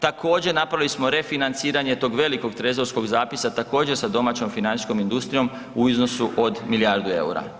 Također napravili smo refinanciranje tog velikog trezorskog zapisa također sa domaćom financijskom industrijom u iznosu od milijardu EUR-a.